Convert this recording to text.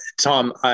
Tom